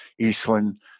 Eastland